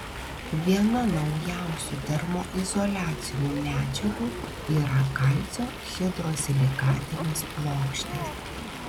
viena naujausių termoizoliacinių medžiagų yra kalcio hidrosilikatinės plokštės